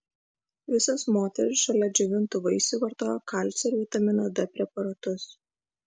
visos moterys šalia džiovintų vaisių vartojo kalcio ir vitamino d preparatus